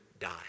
die